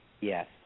Yes